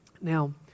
Now